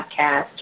podcast